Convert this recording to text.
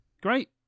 great